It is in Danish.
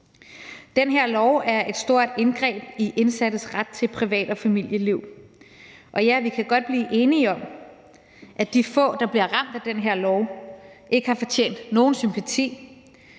Den her lov er et stort indgreb i indsattes ret til privat- og familieliv. Og ja, vi kan godt blive enige om, at de få, der vil blive ramt af den her lov, ikke har fortjent nogen sympati